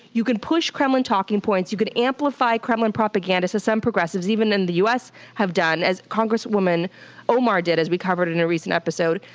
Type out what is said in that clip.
you can push kremlin talking points. you could amplify kremlin propaganda, as some progressive's even in the us have done, as congresswoman omar did as we covered in a recent episode.